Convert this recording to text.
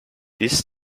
this